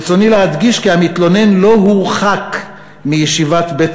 ברצוני להדגיש כי המתלונן לא הורחק מישיבת "בית